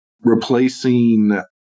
replacing